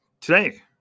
today